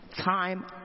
time